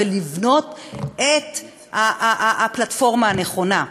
ולבנות את הפלטפורמה הנכונה.